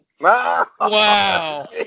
Wow